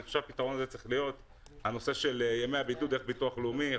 אני חושב שצריך לאמץ את הפתרון הזה בעניין ימי הבידוד בביטוח הלאומי,